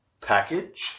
package